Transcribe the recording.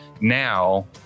now